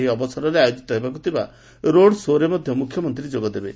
ଏହି ଅବସରରେ ଆୟୋଜିତ ହେବାକୁ ଥିବା ରୋଡ ଶୋରେ ମଧ୍ଧ ମୁଖ୍ୟମନ୍ତୀ ଯୋଗଦେବେ